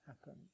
happen